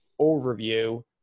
overview